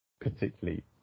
particularly